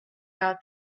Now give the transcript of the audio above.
out